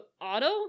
auto